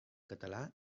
català